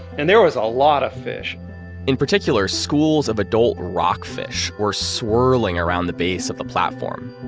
and there was a lot of fish in particular, schools of adult rockfish were swirling around the base of the platform.